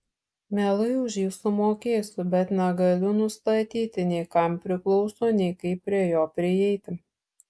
mielai už jį sumokėsiu bet negaliu nustatyti nei kam priklauso nei kaip prie jo prieiti